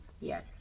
yes